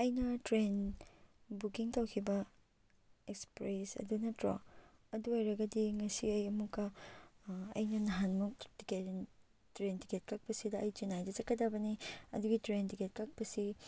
ꯑꯩꯅ train booking ꯇꯧꯈꯤꯕ express ꯑꯗꯨ ꯅꯠꯇ꯭ꯔꯣ ꯑꯗꯨ ꯑꯣꯏꯔꯒꯗꯤ ꯉꯁꯤ ꯑꯩ ꯑꯃꯨꯛꯀ ꯑꯩꯅ ꯅꯍꯥꯟꯃꯨꯛ ꯇꯤꯛꯀꯦꯠ ꯇ꯭ꯔꯦꯟ ꯇꯤꯛꯀꯦꯠ ꯀꯛꯄꯁꯤꯗ ꯑꯩ ꯆꯦꯅꯥꯏꯗ ꯆꯠꯀꯗꯕꯅꯤ ꯑꯗꯨꯒꯤ ꯇ꯭ꯔꯦꯟ ꯇꯤꯛꯀꯦꯠ ꯀꯛꯄꯁꯤ